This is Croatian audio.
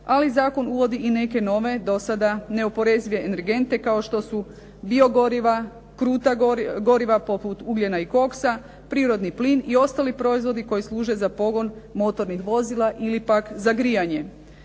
ali zakon uvodi i neke nove do sada neoporezive energente kao što su biogoriva, kruta goriva poput ugljena i koksa, prirodni plin i ostali proizvodi koji služe za pogon motornih vozila ili pak za grijanje.